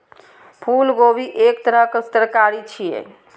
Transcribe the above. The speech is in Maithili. फूलगोभी एक तरहक तरकारी छियै